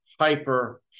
hyper